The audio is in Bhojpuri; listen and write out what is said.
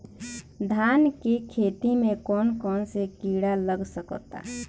धान के खेती में कौन कौन से किड़ा लग सकता?